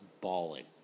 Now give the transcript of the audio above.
bawling